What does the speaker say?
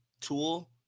tool